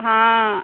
हाँ